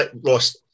Ross